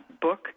book